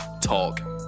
talk